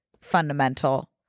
fundamental